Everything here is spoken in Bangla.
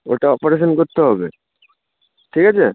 ওটা অপারেশান করতে হবে ঠিক আছে